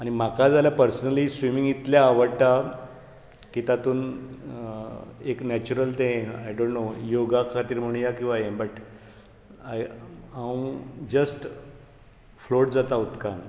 आनी म्हाका जाल्यार पर्सनली स्विमिंग इतले आवडटा की तातूंत एक नेचूरल ते आय डोन्ट नो योगा खातीर म्हणूया किंवा हे बट हांव जस्ट फ्लोट जाता उदकांत